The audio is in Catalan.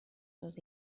les